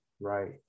Right